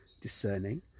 discerning